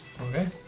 okay